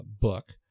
book